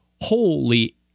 holy